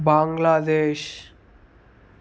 Bangladesh